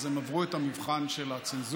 אז הם עברו את המבחן של הצנזורה,